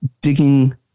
Digging